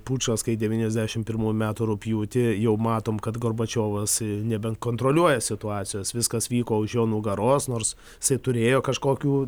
pučas kai devyniasdešim pirmųjų metų rugpjūtį jau matom kad gorbačiovas nebekontroliuoja situacijos viskas vyko už jo nugaros nors jisai turėjo kažkokių